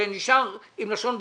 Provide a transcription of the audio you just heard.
שאני נשאר עם לשון בחוץ.